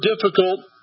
difficult